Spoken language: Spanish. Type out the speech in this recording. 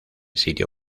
sitio